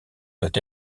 doit